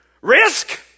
Risk